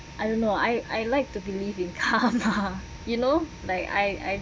I don't know I I like to believe in karma you know like I I